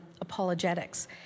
apologetics